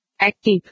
Active